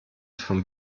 von